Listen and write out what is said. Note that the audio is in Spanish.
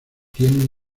tienen